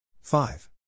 Five